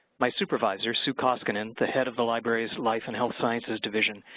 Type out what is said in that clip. my supervisor sue koskinen the head of the library's life and health sciences division,